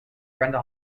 brenda